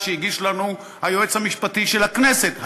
שהגיש לנו היועץ המשפטי של הכנסת היום.